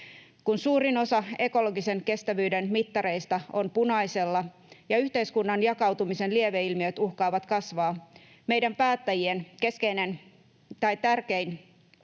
Kun suurin osa ekologisen kestävyyden mittareista on punaisella ja yhteiskunnan jakautumisen lieveilmiöt uhkaavat kasvaa, meidän päättäjien keskeinen tai tärkein